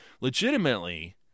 Legitimately